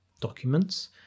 documents